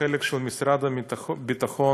החלק של משרד הביטחון,